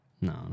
no